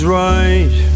right